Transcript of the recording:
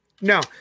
No